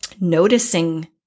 noticing